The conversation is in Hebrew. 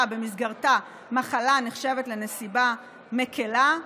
שבמסגרתה מחלה נחשבת לנסיבה מקילה.